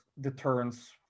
deterrence